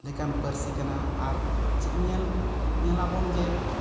ᱞᱮᱠᱟᱱ ᱯᱟᱹᱨᱥᱤ ᱠᱟᱱᱟ ᱟᱨ ᱪᱮᱫ ᱧᱮᱞ ᱧᱮᱞᱟᱵᱚᱱ ᱡᱮ